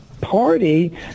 Party